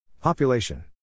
Population